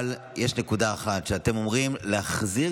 אבל יש נקודה אחת שבה אתם אומרים להחזיר